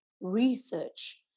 research